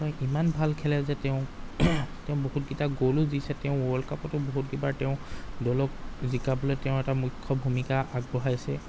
তেওঁ ইমান ভাল খেলে যে তেওঁ তেওঁ বহুত কেইটা গ'লো দিছে তেওঁ ৱৰ্ল্ড কাপতো বহুত কিবাৰ তেওঁ দলক জিকাবলৈ তেওঁ এটা মুখ্য ভূমিকা আগবঢ়াইছে